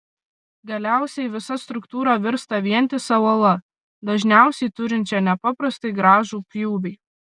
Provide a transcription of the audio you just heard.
galiausiai visa struktūra virsta vientisa uola dažniausiai turinčia nepaprastai gražų pjūvį